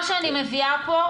מה שאני מביאה פה,